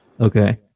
Okay